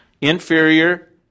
inferior